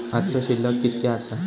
आजचो शिल्लक कीतक्या आसा?